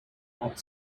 not